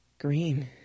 green